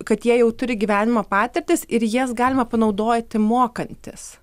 kad jie jau turi gyvenimo patirtis ir jas galima panaudoti mokantis